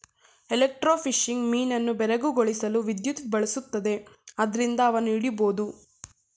electrofishing ಮೀನನ್ನು ಬೆರಗುಗೊಳಿಸಲು ವಿದ್ಯುತ್ ಬಳಸುತ್ತದೆ ಆದ್ರಿಂದ ಅವನ್ನು ಹಿಡಿಬೋದು